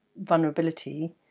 vulnerability